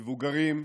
מבוגרים,